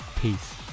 Peace